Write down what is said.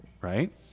right